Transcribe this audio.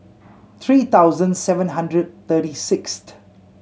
three thousand seven hundred thirty sixth